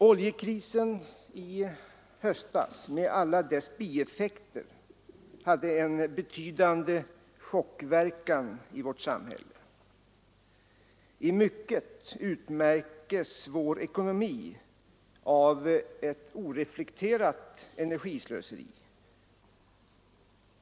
Oljekrisen i höstas med alla dess bieffekter hade en betydande chockverkan i vårt samhälle. I mycket utmärkes vår ekonomi av ett oreflekterat energislöseri.